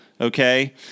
Okay